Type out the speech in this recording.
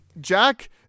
Jack